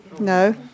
No